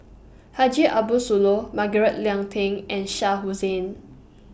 Haji Ambo Sooloh Margaret Leng Tan and Shah Hussain